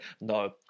no